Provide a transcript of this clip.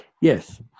Yes